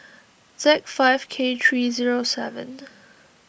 Z five K three O seven